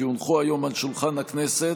כי הונחו היום על שולחן הכנסת,